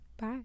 Bye